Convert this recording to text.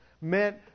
meant